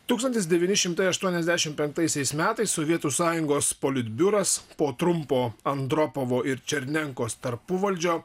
tūkstantis devyni šimtai aštuoniasdešimt penktaisiais metais sovietų sąjungos polit biuras po trumpo andropovo ir černenkos tarpuvaldžio